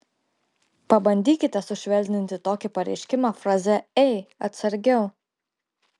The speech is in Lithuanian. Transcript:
pabandykite sušvelninti tokį pareiškimą fraze ei atsargiau